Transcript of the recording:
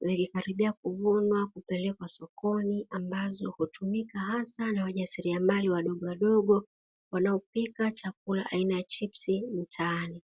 zikikaribia kuvunwa kupelekwa sokoni ambazo hutumika haswa na wajasiriamali wadogowadogo wanaopika chakula aina ya chipsi mitaani.